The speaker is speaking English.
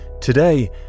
Today